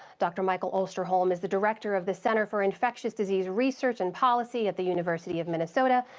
dr. michael osterholm is the director of the center for infectious disease research and policy at the university of minnesota,